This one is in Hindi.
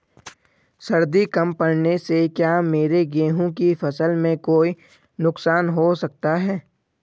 सर्दी कम पड़ने से क्या मेरे गेहूँ की फसल में कोई नुकसान हो सकता है?